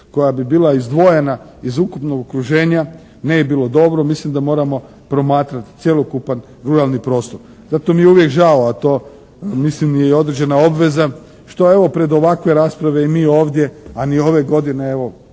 koja bi bila izdvojena iz ukupnog okruženja ne bi bilo dobro. Mislim da moramo promatrati cjelokupan ruralni prostor. Zato mi je uvijek žao a to mislim je i određena obveza što evo pred ovakve rasprave i mi ovdje a ni ove godine evo